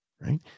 right